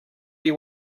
you